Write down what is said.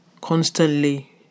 constantly